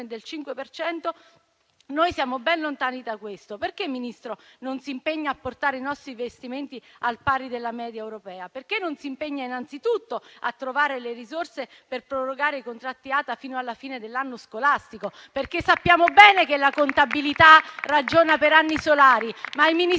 ma noi siamo ben lontani da questo livello di spesa. Perché, signor Ministro, non si impegna a portare i nostri investimenti al pari della media europea? Perché non si impegna, innanzitutto, a trovare le risorse per prorogare i contratti ATA fino alla fine dell'anno scolastico? Sappiamo bene che la contabilità ragiona per anni solari. Ma il Ministero